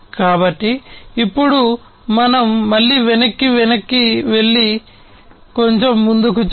కాబట్టి ఇప్పుడు మనం మళ్ళీ వెనక్కి వెళ్లి కొంచెం ముందుకు చూద్దాం